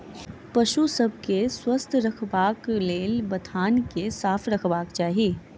पशु सभ के स्वस्थ रखबाक लेल बथान के साफ रखबाक चाही